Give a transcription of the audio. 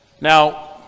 Now